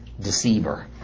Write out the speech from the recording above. deceiver